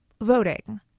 voting